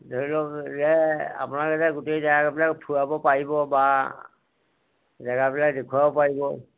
ধৰি লওক যে আপোনালোকে গোটেই জেগাবিলাক ফুৰাব পাৰিব বা জেগাবিলাক দেখুৱাব পাৰিব